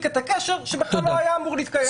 את הקשר שבכלל לא היה אמור להתקיים.